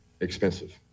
expensive